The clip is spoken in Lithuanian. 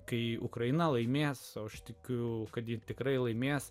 kai ukraina laimės aš tikiu kad ji tikrai laimės